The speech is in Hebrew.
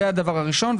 זה הדבר הראשון.